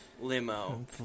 limo